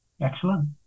Excellent